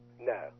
No